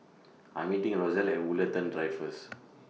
I'm meeting Rosalee At Woollerton Drive First